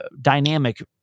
dynamic